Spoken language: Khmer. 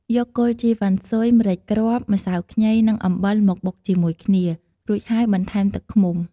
យកគល់ជីវ៉ាន់ស៊ុយ ម្រេចគ្រាប់ ម្សៅខ្ញី និងអំបិលមកបុកជាមួយគ្នា រួចហើយបន្ថែមទឹកឃ្មុំ។